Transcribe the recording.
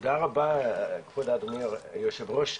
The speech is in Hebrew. תודה רבה אדוני היושב ראש.